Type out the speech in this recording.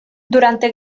durante